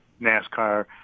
NASCAR